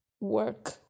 work